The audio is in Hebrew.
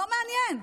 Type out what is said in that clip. לא מעניין.